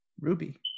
ruby